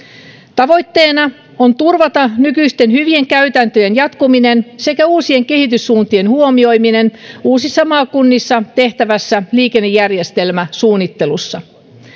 tavoitteena on turvata nykyisten hyvien käytäntöjen jatkuminen sekä uusien kehityssuuntien huomioiminen uusissa maakunnissa tehtävässä liikennejärjestelmäsuunnittelussa